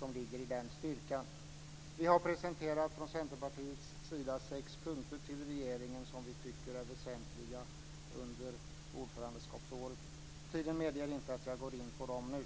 Vi i Centerpartiet har presenterat sex punkter för regeringen som vi tycker är väsentliga under ordförandeskapstiden. Tiden medger inte att jag går in på dem nu.